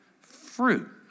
fruit